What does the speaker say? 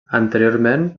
anteriorment